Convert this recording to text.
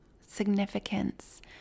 significance